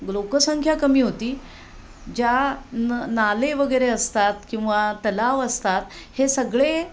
लोकसंख्या कमी होती ज्या न नाले वगैरे असतात किंवा तलाव असतात हे सगळे